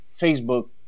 Facebook